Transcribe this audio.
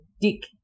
Dick